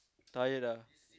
tired ah